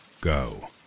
go